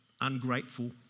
ungrateful